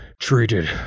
treated